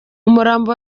umurambo